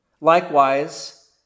Likewise